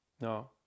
no